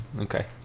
Okay